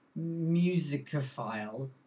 musicophile